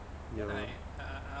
ya lor